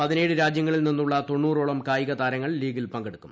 പതിനേഴ് രാജ്യങ്ങളിൽ നിന്നുള്ള തൊണ്ണൂറോളം കായിക താരങ്ങൾ ലീഗിൽ പങ്കെടുക്കും